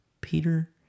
Peter